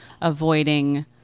avoiding